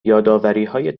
یادآوریهای